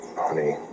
honey